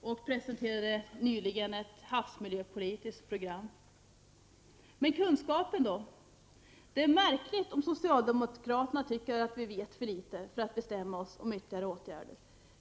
och presenterade nyligen ett havsmiljöpolitiskt program. Hur är det med kunskapen? Det är märkligt om socialdemokraterna tycker att vi vet för litet för att bestämma oss för ytterligare åtgärder.